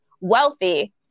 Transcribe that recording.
wealthy